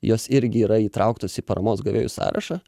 jos irgi yra įtrauktos į paramos gavėjų sąrašą